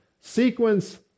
Sequence